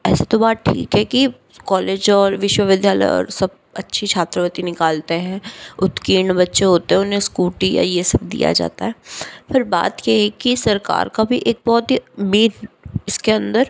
ऐसे तो बात ठीक है कि कॉलेज और विश्वविद्यालय और सब अच्छी छात्रवृति निकालते हैं उत्तीर्ण होते हैं उन्हें स्कूटी या ये सब दिया जाता है फिर बात ये है कि सरकार का भी एक बहुत ही इसके अंदर